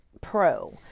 Pro